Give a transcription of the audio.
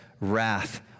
wrath